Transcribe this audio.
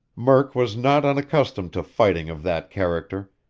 murk was not unaccustomed to fighting of that character,